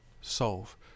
solve